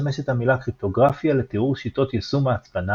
משמשת המילה קריפטוגרפיה לתיאור שיטות יישום ההצפנה